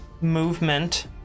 movement